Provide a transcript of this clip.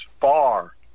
far